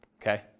okay